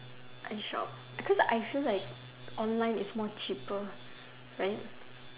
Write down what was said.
I shop cause I feel like online is more cheaper right